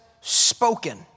Spoken